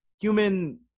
human